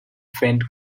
faint